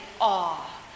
awe